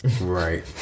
Right